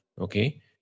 okay